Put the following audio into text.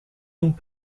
donc